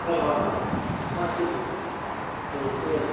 ହଁ ହଁ ହଁ ହଁ ଠିକ୍ ଅଛି ହଁ କୁହନ୍ତୁ